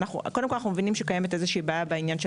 אנחנו מבינים שקיימת איזו שהיא בעיה בעניין של